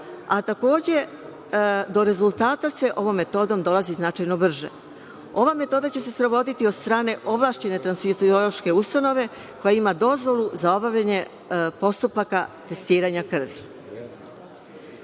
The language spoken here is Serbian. a takođe, do rezultata se ovom metodom dolazi značajno brže. Ova metoda će se sprovoditi od strane ovlašćene transfuziološke ustanove koja ima dozvolu za obavljanje postupaka testiranja